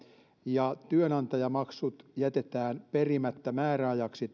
ja että työnantajamaksut jätetään toistaiseksi perimättä määräajaksi